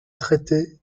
traité